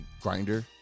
grinder